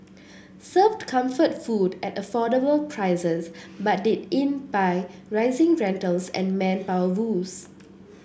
served comfort food at affordable prices but did in by rising rentals and manpower woes